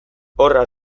horra